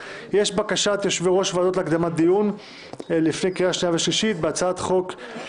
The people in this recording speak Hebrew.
בקשת יושבי-ראש ועדות להקדמת הדיון בהצעות החוק הבאות: 1. הצעת